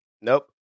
Nope